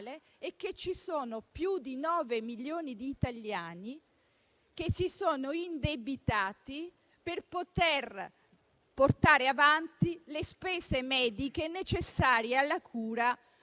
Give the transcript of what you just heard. è che ci sono più di 9 milioni di italiani che si sono indebitati per poter portare avanti le spese mediche necessarie alla cura